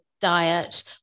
diet